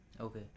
Okay